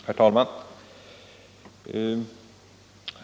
Herr talman!